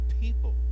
people